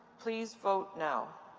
please vote now.